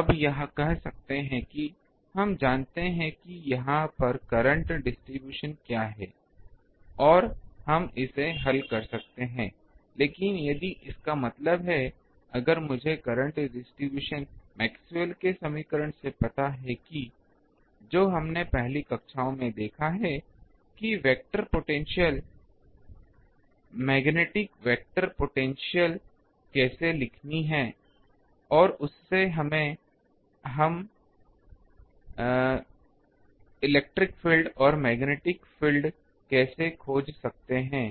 अब यह कह सकते हैं कि हम जानते हैं कि यहां पर करंट डिस्ट्रीब्यूशन क्या है और हम इसे हल कर सकते हैं लेकिन यदि इसका मतलब है अगर मुझे करंट डिस्ट्रीब्यूशन मैक्सवेल maxwell's के समीकरण से पता है कि जो हमने पहली कक्षाओं में देखा है कि vector potential magnetic vector potential कैसे लिखनी है और उससे हम इलेक्ट्रिक फील्ड और मैग्नेटिक फील्ड कैसे खोज सकते हैं